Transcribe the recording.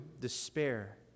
despair